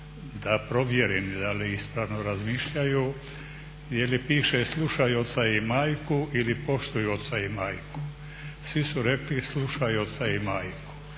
da provjerim da li ispravno razmišljaju jer piše slušaj oca i majku ili poštuj oca i majku. Svi su rekli slušaj oca i majku.